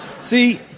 See